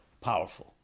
powerful